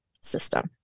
system